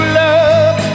love